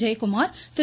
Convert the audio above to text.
Jayakumar Thiru